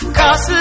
cause